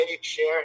share